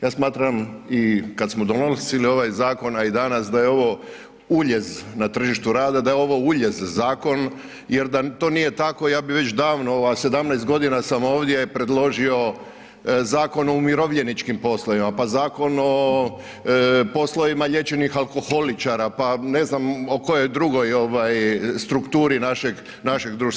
Ja smatram i kada smo donosili ovaj zakon, a i dana da je ovo uljez na tržištu rada, da je ovo uljez zakon jer da to nije tako, ja bi već davno, 17 g. sam ovdje, predložio, Zakon o umirovljeničkim poslovima, pa Zakon o poslovima liječenih alkoholičara, pa ne znam o kojoj drugoj strukturi našeg društva.